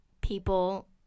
people